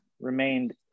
remained